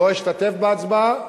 לא אשתתף בהצבעה,